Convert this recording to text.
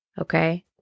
Okay